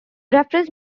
reference